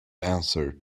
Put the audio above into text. answer